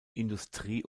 industrie